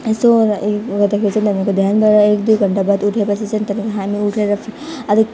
यस्तो गर्दाखेरि चाहिँ त्यहाँदेखिको ध्यानबाट एक दुई घन्टा बाद उठे पछि चाहिँ त्यहाँदेखि हामी उठेर चाहिँ अलिक